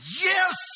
yes